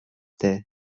der